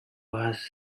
has